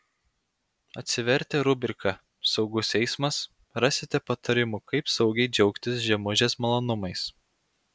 atsivertę rubriką saugus eismas rasite patarimų kaip saugiai džiaugtis žiemužės malonumais